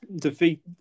defeat